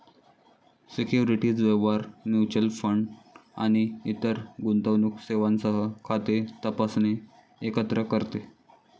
securities व्यवहार, mutual fund आणि इतर गुंतवणूक सेवांसह खाते तपासणे एकत्र करते